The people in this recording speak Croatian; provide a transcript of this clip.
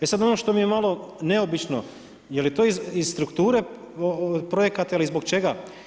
E sad, ono što mi je malo neobično, je li to iz strukture projekata ili zbog čega.